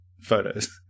photos